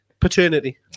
Paternity